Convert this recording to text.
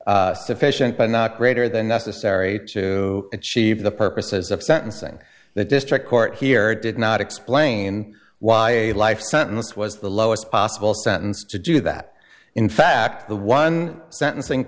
e sufficient but not greater than necessary to achieve the purposes of sentencing the district court here did not explain why a life sentence was the lowest possible sentence to do that in fact the one sentencing